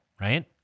right